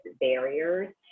barriers